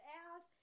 out